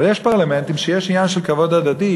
אבל יש פרלמנטים שיש בהם עניין של כבוד הדדי,